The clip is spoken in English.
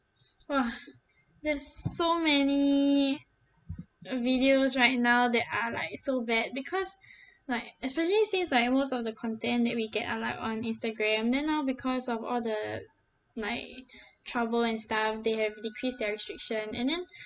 !wah! there's so many videos right now that are like so bad because like especially since like most of the content that we get are like on instagram then now because of all the like trouble and stuff they have decreased their restriction and then